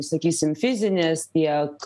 sakysim fizinės tiek